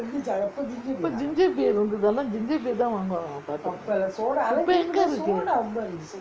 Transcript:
அப்பே:appae ginger beer இருந்தது எல்லா:irunthathu ella ginger beer தான் வாங்குவாங்கே இப்பே எங்கே இருக்கு:thaan vanguvaangae ippae engae irukku